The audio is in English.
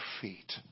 feet